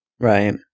Right